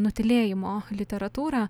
nutylėjimo literatūrą